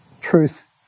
Truth